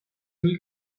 nel